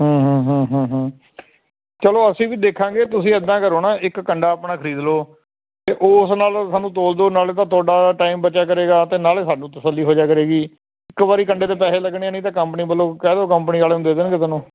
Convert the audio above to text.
ਚਲੋ ਅਸੀਂ ਵੀ ਦੇਖਾਂਗੇ ਤੁਸੀਂ ਇੱਦਾਂ ਕਰੋ ਨਾ ਇੱਕ ਕੰਡਾ ਆਪਣਾ ਖਰੀਦ ਲਓ ਅਤੇ ਉਸ ਨਾਲ ਸਾਨੂੰ ਤੋਲ ਦਓ ਨਾਲ ਤਾਂ ਤੁਹਾਡਾ ਟਾਈਮ ਬਚਿਆ ਕਰੇਗਾ ਅਤੇ ਨਾਲ ਸਾਨੂੰ ਤਸੱਲੀ ਹੋ ਜਾਇਆ ਕਰੇਗੀ ਇੱਕੋ ਵਾਰ ਕੰਡੇ 'ਤੇ ਪੈਸੇ ਲੱਗਣੇ ਨਹੀਂ ਤਾਂ ਕੰਪਨੀ ਵੱਲ ਕਹਿ ਦਓ ਕੰਪਨੀ ਵਾਲੇ ਦੇ ਦੇਣਗੇ ਤੁਹਾਨੂੰ